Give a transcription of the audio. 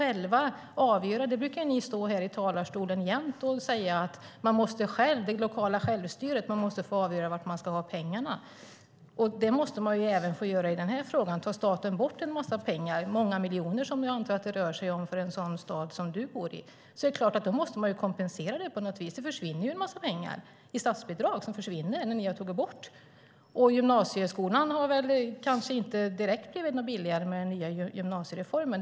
Ni brukar stå här i talarstolen och säga att man själv genom det lokala självstyret måste få avgöra vart pengarna ska gå. Det måste man få göra även i denna fråga. Om staten tar bort en massa pengar - jag antar att det rör sig om många miljoner för en sådan stad som Roger Haddad bor i - är det klart att man måste kompensera det på något sätt. Det försvinner en massa pengar i form av statsbidrag som ni har tagit bort. Gymnasieskolan har kanske inte direkt blivit billigare i och med den nya gymnasiereformen.